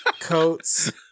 coats